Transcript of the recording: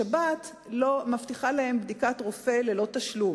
בדיקת רופא בשבת ללא תשלום,